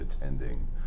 attending